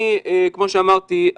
כמו שאמרתי,